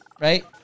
right